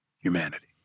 humanity